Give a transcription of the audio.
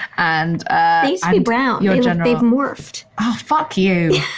and ah be brown your general they've morphed oh, fuck you